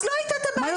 אז לא הייתה הבעיה.